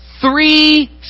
three